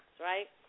right